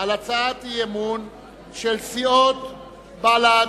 על ההצעה של סיעות בל"ד,